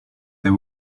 that